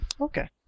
Okay